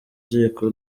ziko